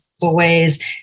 ways